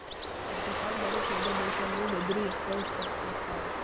Japan మరియు China దేశాలల్లో వెదురు ఎక్కువ ఉత్పత్తి చేస్తారు